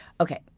Okay